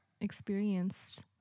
experienced